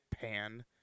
pan